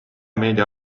meedia